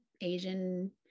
asian